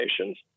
Nations